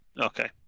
Okay